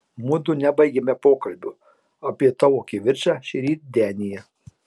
mudu nebaigėme pokalbio apie tavo kivirčą šįryt denyje